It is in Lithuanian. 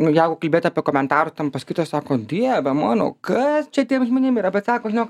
nu jeigu kalbėt apie komentarus ten paskaito sako dieve mano kas čia tiem žmonėm yra bet sako žinok